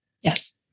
Yes